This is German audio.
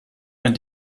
ein